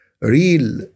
real